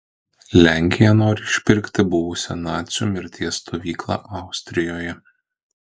lenkija nori išpirkti buvusią nacių mirties stovyklą austrijoje